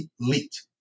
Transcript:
elite